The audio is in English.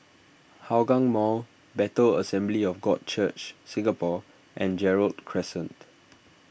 Hougang Mall Bethel Assembly of God Church Singapore and Gerald Crescent